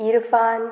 Irfan